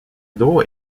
dos